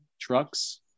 Trucks